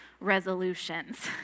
resolutions